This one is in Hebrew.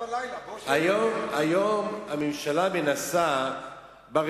אז היום הממשלה מנסה לשנות,